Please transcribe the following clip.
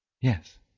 Yes